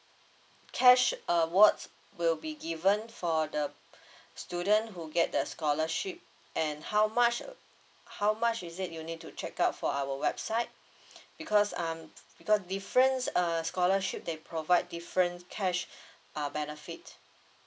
cash awards will be given for the student who get the scholarship and how much how much is it you need to check out for our website because um because difference uh scholarship they provide different cash uh benefit